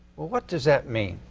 what what does that mean?